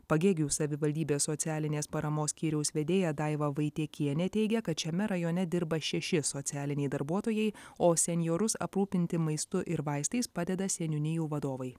pagėgių savivaldybės socialinės paramos skyriaus vedėja daiva vaitiekienė teigia kad šiame rajone dirba šeši socialiniai darbuotojai o senjorus aprūpinti maistu ir vaistais padeda seniūnijų vadovai